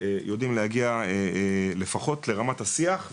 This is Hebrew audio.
אנחנו יודעים להגיע לפחות לרמת השיח,